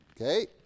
okay